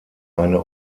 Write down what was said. eine